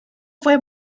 fue